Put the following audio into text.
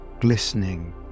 glistening